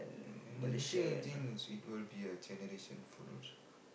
and the thing I think is it will be a generation food also lah